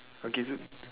I give you